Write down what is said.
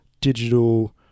digital